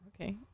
Okay